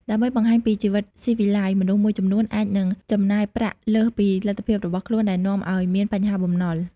ដើម្បីបង្ហាញពីជីវិតស៊ីវិល័យ មនុស្សមួយចំនួនអាចនឹងចំណាយប្រាក់លើសពីលទ្ធភាពរបស់ខ្លួន ដែលនាំឱ្យមានបញ្ហាបំណុល។